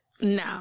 no